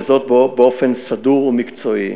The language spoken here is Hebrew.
וזאת באופן סדור ומקצועי.